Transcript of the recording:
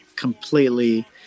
completely